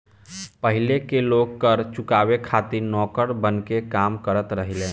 पाहिले के लोग कर चुकावे खातिर नौकर बनके काम करत रहले